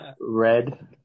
red